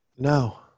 No